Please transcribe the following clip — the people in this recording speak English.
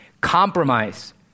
Compromise